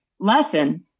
lesson